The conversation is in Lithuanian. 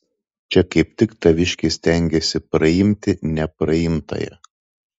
čia kaip tik taviškis stengiasi praimti nepraimtąją